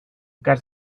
cas